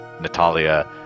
Natalia